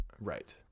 Right